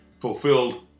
fulfilled